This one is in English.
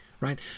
right